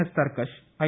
S തർക്കഷ് I